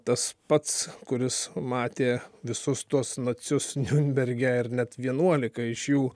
tas pats kuris matė visus tuos nacius niurnberge ir net vienuolika iš jų